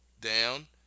down